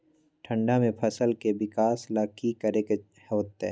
ठंडा में फसल के विकास ला की करे के होतै?